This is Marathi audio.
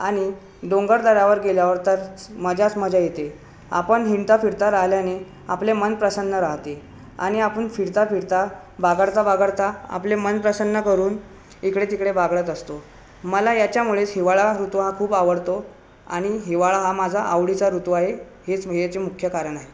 आणि डोंगरदऱ्यावर गेल्यावर तर मजाच मजा येते आपण हिंडताफिरता राहिल्याने आपले मन प्रसन्न राहते आणि आपण फिरताफिरता बागडताबागडता आपले मन प्रसन्न करून इकडेतिकडे बागडत असतो मला याच्यामुळेच हिवाळा ऋतू हा खूप आवडतो आणि हिवाळा हा माझा आवडीचा ऋतू आहे हेच म हेचे मुख्य कारण आहे